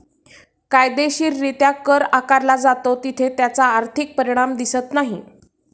कायदेशीररित्या कर आकारला जातो तिथे त्याचा आर्थिक परिणाम दिसत नाही